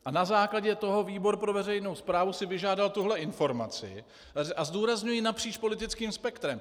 A na základě toho výbor pro veřejnou správu si vyžádal tuhle informaci, a zdůrazňuji, napříč politickým spektrem.